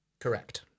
Correct